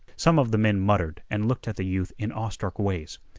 some of the men muttered and looked at the youth in awestruck ways.